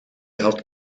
had